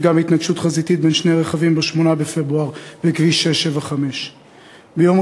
שנפגע בהתנגשות חזיתית בין שני רכבים ב-8 בפברואר בכביש 675. ביום